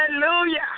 Hallelujah